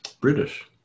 British